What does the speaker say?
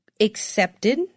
accepted